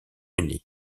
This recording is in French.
uni